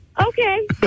Okay